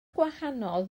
gwahanol